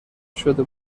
شده